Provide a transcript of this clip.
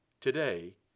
today